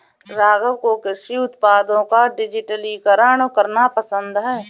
राघव को कृषि उत्पादों का डिजिटलीकरण करना पसंद है